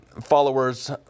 followers